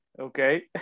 okay